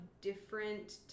different